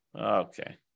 Okay